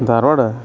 Dharwad